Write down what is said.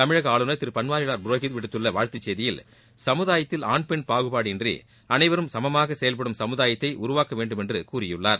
தமிழக ஆளுநர் திரு பன்வாரிலால் புரோஹித் விடுத்துள்ள வாழ்த்துச்செய்தியில் சமுதாயத்தில் ஆண் பெண் பாகுபாடின்றி அனைவரும் சமமாக செயவ்படும் சமுதாயத்தை உருவாக்க வேண்டும் என்று கூறியுள்ளார்